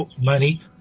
money